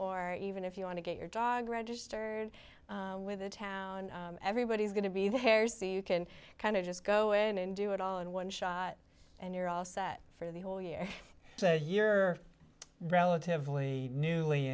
or even if you want to get your dog registered with the town everybody's going to be there so you can kind of just go in and do it all in one shot and you're all set for the whole year so you're relatively newly